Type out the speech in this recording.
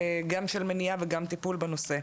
גם של מניעה וגם טיפול בנושא.